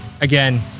again